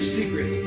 secret